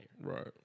Right